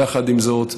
יחד עם זאת,